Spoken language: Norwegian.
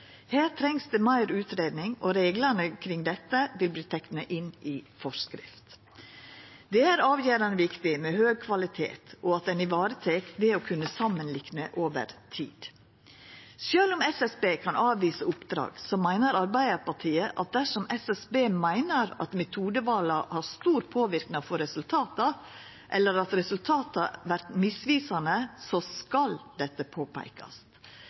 Her trengst det meir utgreiing, og reglane kring dette vil verta tekne inn i forskrift. Det er avgjerande viktig med høg kvalitet og at ein varetek det å kunna samanlikna over tid. Sjølv om SSB kan avvisa oppdrag, meiner Arbeidarpartiet at dersom SSB meiner at metodevala har stor påverknad på resultata, eller at resultata vert misvisande, skal dette påpeikast.